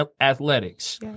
Athletics